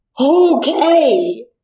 okay